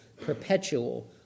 perpetual